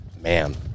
man